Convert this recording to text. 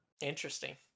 Interesting